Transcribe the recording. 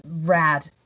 rad